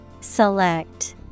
Select